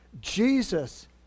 Jesus